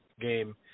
game